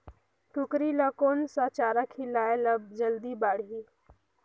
कूकरी ल कोन सा चारा खिलाय ल जल्दी बाड़ही?